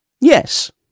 Yes